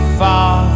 far